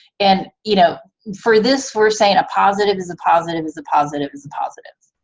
and you know, for this we're saying a positive is a positive is a positive is a positive.